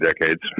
decades